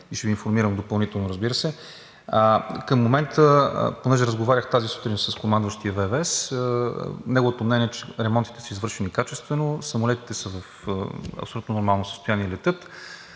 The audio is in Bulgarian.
и ще Ви информирам допълнително, разбира се. Към момента, понеже разговарях тази сутрин с командващия ВВС, неговото мнение е, че ремонтите са извършени качествено, самолетите са в абсолютно нормално състояние и летят,